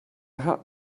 had